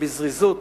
שבזריזות